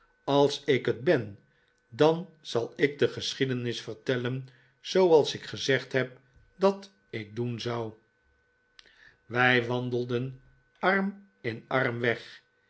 als ik het ben dan zal ik de geschiedenis vertellen zooals ik gezegd heb dat ik doen zou wij wandelen arm in arm weg